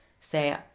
say